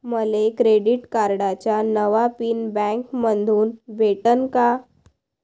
मले क्रेडिट कार्डाचा नवा पिन बँकेमंधून भेटन का?